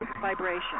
vibration